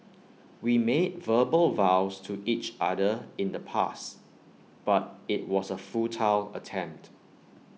we made verbal vows to each other in the past but IT was A futile attempt